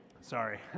sorry